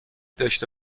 داشته